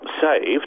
saved